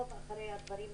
לעקוב אחרי הדברים.